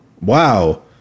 Wow